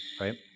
right